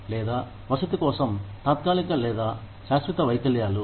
లేదా వసతి కోసం తాత్కాలిక లేదా శాశ్వత వైకల్యాలు